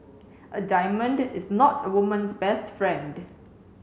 a diamond is not a woman's best friend